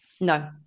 no